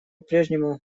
прежнему